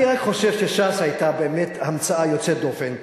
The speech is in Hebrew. אני רק חושב שש"ס היתה באמת המצאה יוצאת דופן,